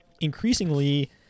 Increasingly